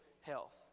health